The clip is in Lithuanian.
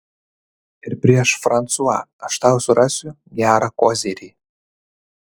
ir prieš fransua aš tau surasiu gerą kozirį